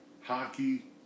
Hockey